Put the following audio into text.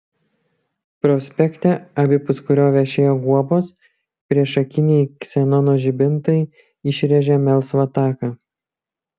prospekte abipus kurio vešėjo guobos priešakiniai ksenono žibintai išrėžė melsvą taką